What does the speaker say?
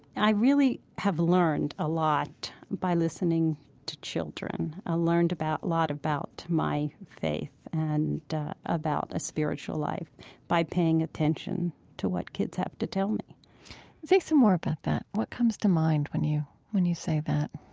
i really have learned a lot by listening to children, i learned about a lot about my faith and about a spiritual life by paying attention to what kids have to tell me say some more about that. what comes to mind when you when you say that?